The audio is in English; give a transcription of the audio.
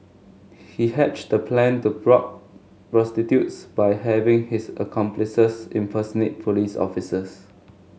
he hatched the plan to rob prostitutes by having his accomplices impersonate police officers